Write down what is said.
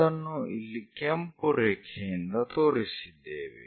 ಅದನ್ನು ಇಲ್ಲಿಕೆಂಪು ರೇಖೆಯಿಂದ ತೋರಿಸಿದ್ದೇವೆ